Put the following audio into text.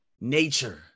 nature